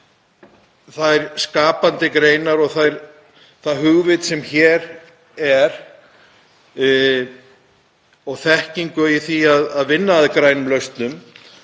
þær skapandi greinar og það hugvit sem hér er og þekkingu í því að vinna að grænum lausnum